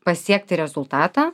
pasiekti rezultatą